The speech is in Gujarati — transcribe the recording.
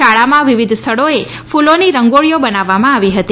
શાળામાં વિવિધ સ્થળોએ કુલોની રંગોળીઓ બનાવવામાં આવી હતી